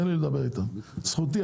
זכותי.